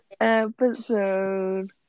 episode